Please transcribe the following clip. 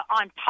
on